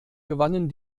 gewannen